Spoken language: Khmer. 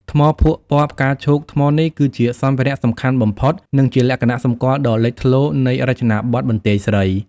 ថ្មភក់ពណ៌ផ្កាឈូក ថ្មនេះគឺជាសម្ភារៈសំខាន់បំផុត និងជា លក្ខណៈសម្គាល់ដ៏លេចធ្លោ នៃរចនាបថបន្ទាយស្រី។